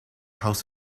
house